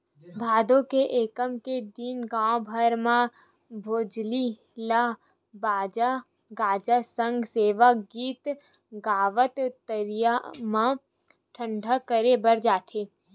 भादो के एकम के दिन गाँव भर म भोजली ल बाजा गाजा सग सेवा गीत गावत तरिया म ठंडा करे बर जाथे